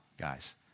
guys